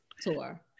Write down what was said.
tour